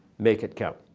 make it count.